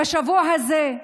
בשבוע הזה,